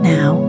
Now